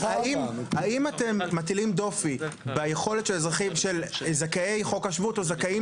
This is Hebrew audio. האם אתם מטילים דופי ביכולת של זכאי חוק השבות או זכאים